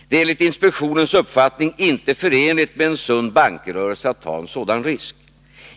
Det är enligt inspektionens uppfattning inte förenligt med en sund bankrörelse att ta en sådan risk.